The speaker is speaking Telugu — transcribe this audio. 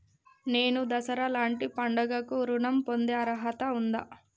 నేను దసరా లాంటి పండుగ కు ఋణం పొందే అర్హత ఉందా?